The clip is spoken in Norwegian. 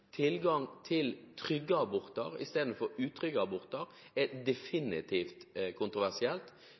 Tilgang til trygge aborter istedenfor utrygge aborter er definitivt kontroversielt.